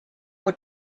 were